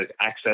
access